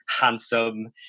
handsome